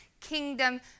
Kingdom